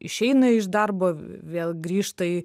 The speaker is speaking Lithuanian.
išeina iš darbo vėl grįžta į